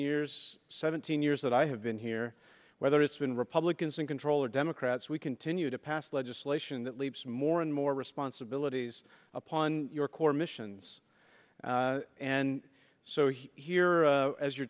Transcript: years seventeen years that i have been here whether it's been publicans and controller democrats we continue to pass legislation that leaves more and more responsibilities upon your core missions and so he's here as your